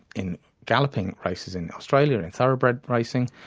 in galloping races in australia, in thoroughbred racing,